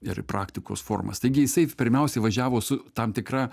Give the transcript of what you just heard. ir praktikos formas taigi jisai pirmiausiai važiavo su tam tikra